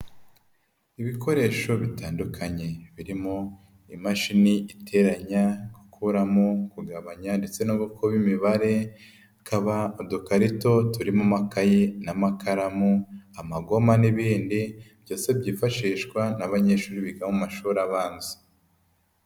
Ibikoresho bitandukanye birimo imashini iteranya, ikuramo, kugabanya ndetse no gukora imibare, hakaba udukarito turimo amakaye n'amakaramu, amagoma n'ibindi byose byifashishwa n'abanyeshuri biga mu mashuri abanza.